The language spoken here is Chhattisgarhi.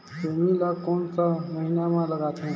सेमी ला कोन सा महीन मां लगथे?